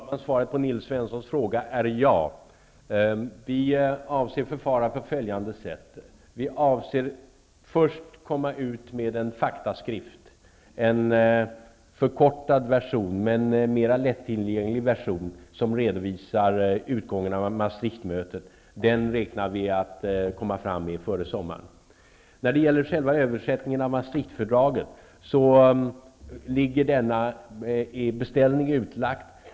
Fru talman! Svaret på Nils T Svenssons fråga är ja. Vi avser att förfara på följande sätt. Vi avser att först komma ut med en faktaskrift, en förkortad men mera lättillgänglig version som redovisar utgången av Maastricht-mötet. Vi räknar med att komma ut med den före sommaren. En beställning på översättning av Maastrichtfördraget är utlagd.